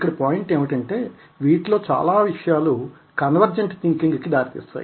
ఇక్కడ పోయింట్ ఏమిటంటే వీటిలో చాలా విషయాలు కన్వర్జెంట్ థింకింగ్ కి దారితీసాయి